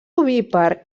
ovípar